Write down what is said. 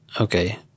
Okay